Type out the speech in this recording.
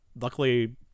luckily